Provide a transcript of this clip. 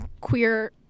queer